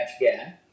again